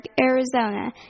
Arizona